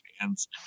fans